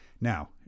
Now